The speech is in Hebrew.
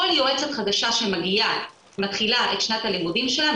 כל יועצת חדשה שמגיעה מתחילה את שנת הלימודים שלה,